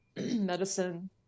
medicine